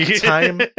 Time